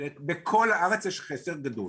בכל הארץ יש חוסר גדול,